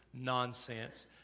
nonsense